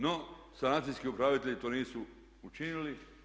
No, sanacijski upravitelji to nisu učinili.